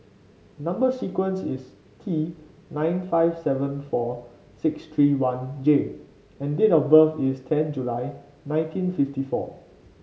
number sequence is T nine five seven four six three one J and date of birth is ten July nineteen fifty four